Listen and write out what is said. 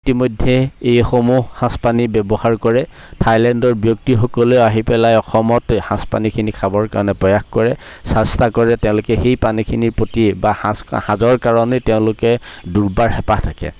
ইতিমধ্যে এইসমূহ সাঁজপানী ব্যৱহাৰ কৰে থাইলেণ্ডৰ ব্যক্তিসকলে আহি পেলাই অসমত সাঁজপানীখিনি খাবৰ কাৰণে প্ৰয়াস কৰে চেষ্টা কৰে তেওঁলোকে সেই পানীখিনিৰ প্ৰতি বা সাঁজ সাঁজৰ কাৰণে তেওঁলোকে দুৰ্বাৰ হেঁপাহ থাকে